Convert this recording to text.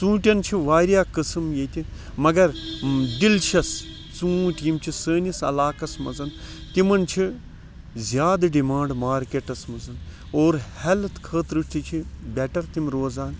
ژونٛٹٮ۪ن چھِ واریاہ قسم ییٚتہِ مگر ڈیٚلشَس ژونٛٹھۍ یِم چھِ سٲنِس عَلاقَس مَنٛز تِمَن چھِ زیادٕ ڈِمانٛڈ مارکٹَس مَنٛز اور ہیٚلتھ خٲطرٕ تہٕ چھِ بیٚٹَر تِم روزان